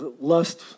lust